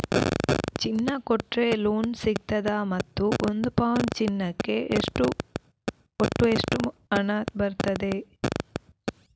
ಚಿನ್ನ ಕೊಟ್ರೆ ಲೋನ್ ಸಿಗ್ತದಾ ಮತ್ತು ಒಂದು ಪೌನು ಚಿನ್ನಕ್ಕೆ ಒಟ್ಟು ಎಷ್ಟು ಹಣ ಬರ್ತದೆ?